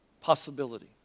possibility